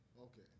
Okay